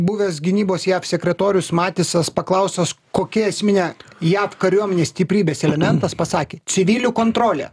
buvęs gynybos jav sekretorius matisas paklaustas kokia esminė jav kariuomenės stiprybės elementas pasakė civilių kontrolė